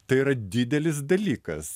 tai yra didelis dalykas